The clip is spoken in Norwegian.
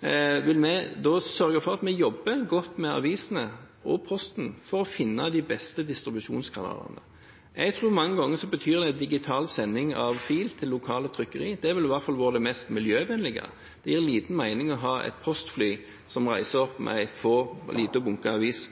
vil vi sørge for at vi jobber godt med avisene og Posten for å finne de beste distribusjonskanalene. En digital sending av en fil til et lokalt trykkeri vil i hvert fall være det mest miljøvennlige. Det gir liten mening å ha et postfly som reiser med en liten bunke aviser